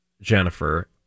Jennifer